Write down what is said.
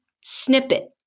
snippet